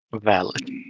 Valid